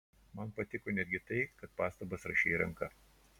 man patiko netgi tai kad pastabas rašei ranka